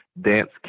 dance